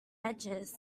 edges